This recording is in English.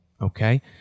okay